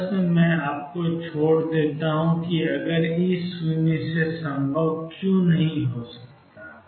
प्रश्न मैं आपको छोड़ देता हूं कि ई 0 क्यों संभव नहीं है